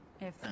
If-